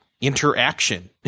interaction